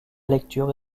lecture